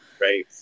Right